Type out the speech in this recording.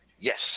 Yes